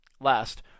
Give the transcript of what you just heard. Last